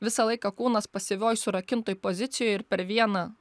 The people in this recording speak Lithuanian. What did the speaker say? visą laiką kūnas pasyvioj surakintoj pozicijoj ir per vieną